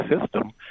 system